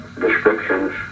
descriptions